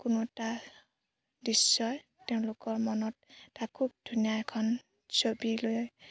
কোনো এটা দৃশ্যই তেওঁলোকৰ মনত এটা খুব ধুনীয়া এখন ছবি লৈ